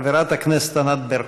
חברת הכנסת ענת ברקו.